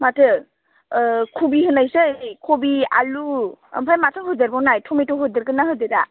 माथो कबि होनोसै कबि आलुखौ ओमफ्राय माथो होदेरबावनाय टमेट' होदेरगोन ना होदेरा